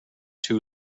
too